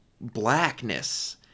blackness